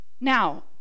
Now